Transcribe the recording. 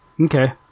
Okay